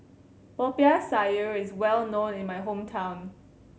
Popiah Sayur is well known in my hometown